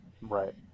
Right